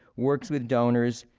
works with donors,